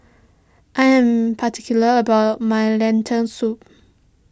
I am particular about my Lentil Soup